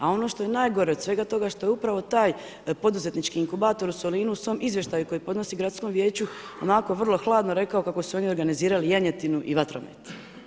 A ono što je najgore od svega toga što je upravo taj poduzetnički inkubator u Solinu u svom izvještaju koji podnosi gradskom vijeću onako vrlo hladno rekao kako su oni organizirali janjetu i vatromet.